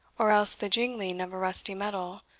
or else the jingling of a rusty medal,